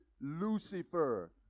Lucifer